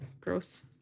gross